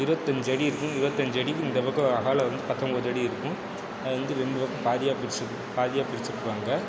இருபத்தஞ்சி அடி இருக்கும் இருபத்தஞ்சி அடிக்கு இந்த பக்கம் அகலம் வந்து பத்தொம்பது அடி இருக்கும் அது வந்து ரெண்டு பக்கம் பாதியாக பிரித்து பாதியாக பிரித்திருப்பாங்க